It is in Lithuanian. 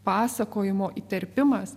pasakojimo įterpimas